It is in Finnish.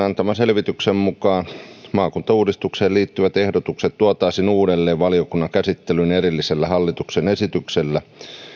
antaman selvityksen mukaan maakuntauudistukseen liittyvät ehdotukset tuotaisiin uudelleen valiokunnan käsittelyyn erillisellä hallituksen esityksellä